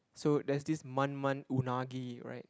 so then this man-man unagi right